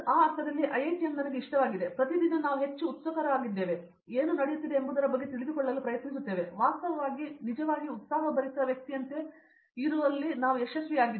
ಆ ಅರ್ಥದಲ್ಲಿ ಐಐಟಿಎಂ ಇಷ್ಟ ಮತ್ತು ನೀವು ಪ್ರತಿದಿನ ಹೆಚ್ಚು ಉತ್ಸುಕರಾಗಿದ್ದೀರಿ ಮತ್ತು ಏನು ನಡೆಯುತ್ತಿದೆ ಎಂಬುದರ ಬಗ್ಗೆ ನೀವು ತಿಳಿದುಕೊಳ್ಳಲು ಪ್ರಯತ್ನಿಸುತ್ತೀರಿ ವಾಸ್ತವವಾಗಿ ನೀವು ನಿಜವಾಗಿಯೂ ಉತ್ಸಾಹಭರಿತ ವ್ಯಕ್ತಿಯಂತೆ ಇರುವಂತೆ ಏನು ನಡೆಯುತ್ತಿದೆ